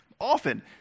often